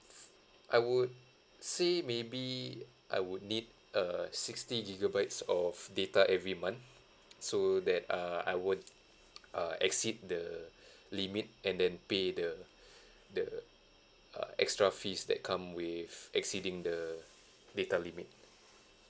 I would say maybe I would need a sixty gigabytes of data every month so that uh I won't uh exceed the limit and then pay the the uh extra fees that come with exceeding the data limit